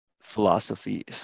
philosophy